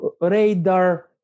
radar